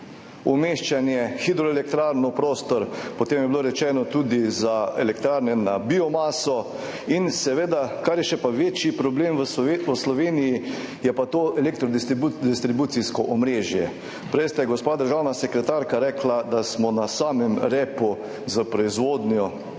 umeščanje hidroelektrarn v prostor, potem je bilo rečeno tudi za elektrarne na biomaso, kar je pa še večji problem v Sloveniji, je pa to elektrodistribucijsko omrežje. Prej ste, gospa državna sekretarka, rekli, da smo na samem repu s proizvodnjo